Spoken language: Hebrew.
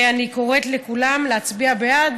אני קוראת לכולם להצביע בעד.